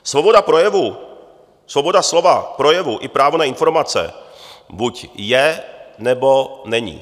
Svoboda projevu, svoboda slova i právo na informace buď je, nebo není.